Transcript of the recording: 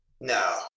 No